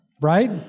right